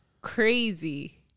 crazy